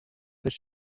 this